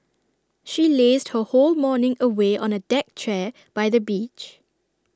she lazed her whole morning away on A deck chair by the beach